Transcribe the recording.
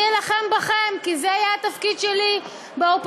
אני אלחם בכם, כי זה יהיה התפקיד שלי באופוזיציה,